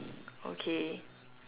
okay